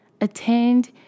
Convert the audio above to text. attend